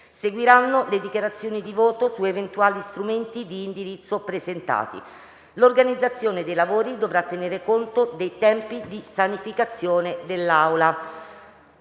Seguiranno le dichiarazioni di voto su eventuali strumenti di indirizzo presentati. L'organizzazione dei lavori dovrà tenere conto dei tempi di sanificazione dell'Aula.